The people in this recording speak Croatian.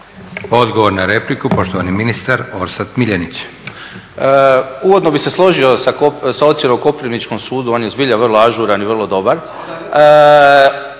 Odgovor na repliku, poštovani ministar Orsat Miljenić. **Miljenić, Orsat** Uvodno bih se složio sa ocjenom o Koprivničkom sudu, on je zbilja vrlo ažuran i vrlo dobar.